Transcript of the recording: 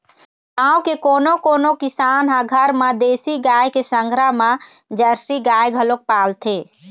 गाँव के कोनो कोनो किसान ह घर म देसी गाय के संघरा म जरसी गाय घलोक पालथे